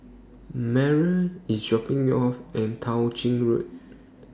Meryl IS dropping Me off At Tao Ching Road